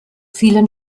vielen